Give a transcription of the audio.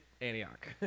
Antioch